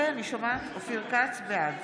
בעד